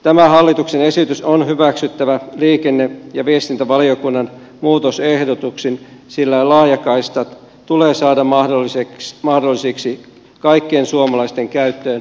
tämä hallituksen esitys on hyväksyttävä liikenne ja viestintävaliokunnan muutosehdotuksin sillä laajakaistat tulee saada mahdollisiksi kaikkien suomalaisten käyttöön